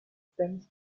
stems